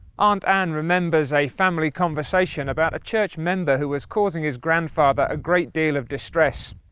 aunt anne remembers a family conversation about a church member who was causing his grandfather a great deal of distress.